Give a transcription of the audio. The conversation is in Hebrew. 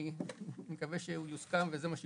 אני מקווה שהוא יוסכם וזה מה שיוחלט.